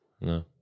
No